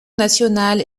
nationale